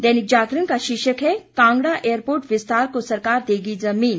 दैनिक जागरण का शीर्षक है कांगड़ा एयरपोर्ट विस्तार को सरकार देगी जमीन